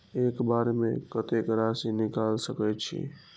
एक बार में कतेक राशि निकाल सकेछी?